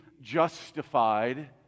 justified